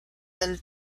been